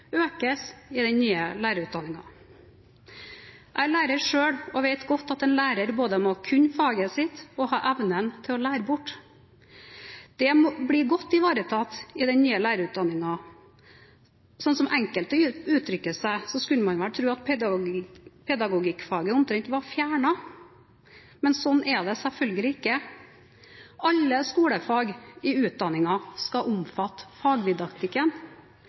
økes i den nye lærerutdanningen. Jeg er lærer selv og vet godt at en lærer må både kunne faget sitt og ha evnen til å lære bort. Det blir godt ivaretatt i den nye lærerutdanningen. Slik enkelte uttrykker seg, skulle man tro at pedagogikkfaget omtrent var fjernet, men slik er det selvfølgelig ikke. Alle skolefag i utdanningen skal omfatte